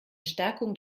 stärkung